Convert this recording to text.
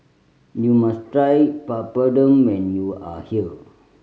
you must try Papadum when you are here